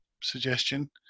suggestion